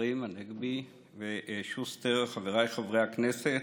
השרים הנגבי ושוסטר, חבריי חברי הכנסת,